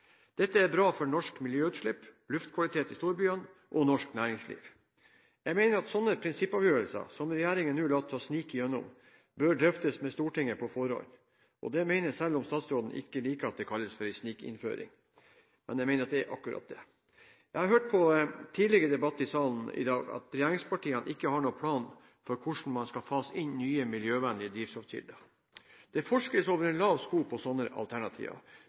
Dette er bra for norske miljøutslipp, luftkvaliteten i storbyene og norsk næringsliv. Jeg mener at slike prinsippavgjørelser som regjeringen nå later til å snike gjennom, bør drøftes med Stortinget på forhånd. Selv om statsråden ikke liker at det kalles for en snikinnføring, mener jeg at det er akkurat det det er. Jeg har hørt på tidligere debatter i salen i dag at regjeringspartiene ikke har noen plan for hvordan man skal fase inn nye miljøvennlige drivstoffkilder. Det forskes over en lav sko på slike alternativer,